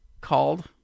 called